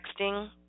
texting